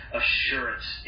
assurance